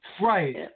right